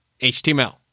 HTML